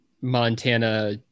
Montana